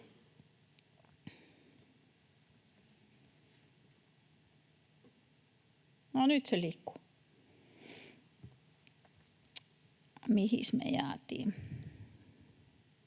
No, nyt se liikkuu. Mihinkäs me